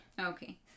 Okay